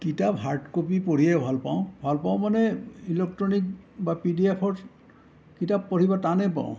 কিতাপ hard copy পঢ়িয়ে ভাল পাওঁ ভাল পাওঁ মানে ইলেকট্ৰনিক বা পি ডি এফৰ কিতাপ পঢ়িব টানেই পাওঁ